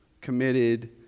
committed